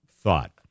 thought